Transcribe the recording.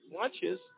lunches